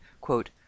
quote